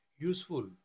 Useful